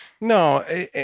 No